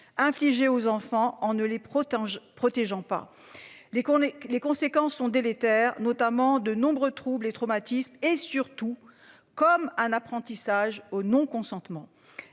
infligées aux enfants en ne les protège protégeant pas dès qu'on ait les conséquences sont délétères, notamment de nombreux troubles et traumatismes et surtout comme un apprentissage au non-consentement